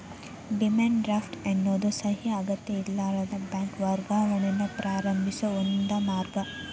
demand draft ಎನ್ನೋದು ಸಹಿ ಅಗತ್ಯಇರ್ಲಾರದ ಬ್ಯಾಂಕ್ ವರ್ಗಾವಣೆಯನ್ನ ಪ್ರಾರಂಭಿಸೋ ಒಂದ ಮಾರ್ಗ